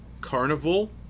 carnival